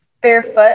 barefoot